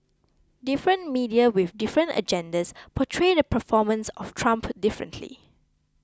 different media with different agendas portray the performance of Trump differently